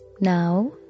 Now